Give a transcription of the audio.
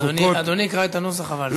אדוני יקרא את הנוסח אבל,